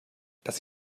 dass